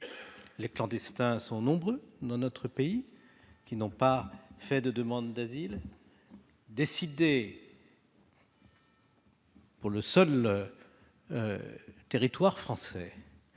Les clandestins sont nombreux dans notre pays à ne pas avoir fait de demande d'asile. Décider, pour le seul territoire français,